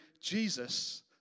Jesus